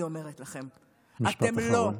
אני אומרת לכם, משפט אחרון.